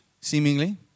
seemingly